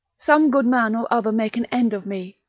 some good man or other make an end of me.